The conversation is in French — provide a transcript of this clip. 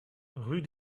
rue